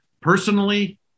Personally